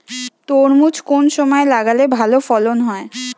তরমুজ কোন সময় লাগালে ভালো ফলন হয়?